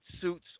suits